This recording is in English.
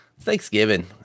Thanksgiving